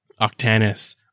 Octanus